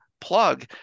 plug